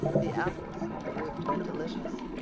the apples proved to be delicious.